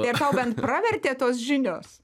tai ar tau bent pravertė tos žinios